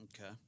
Okay